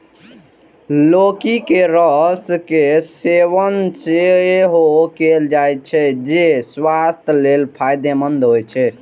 लौकी के रस के सेवन सेहो कैल जाइ छै, जे स्वास्थ्य लेल फायदेमंद होइ छै